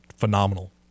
Phenomenal